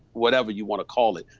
whatever you wanna call it.